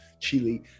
Chile